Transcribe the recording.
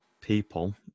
people